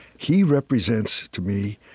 he represents, to me,